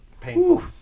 painful